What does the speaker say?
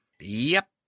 Yep